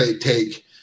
take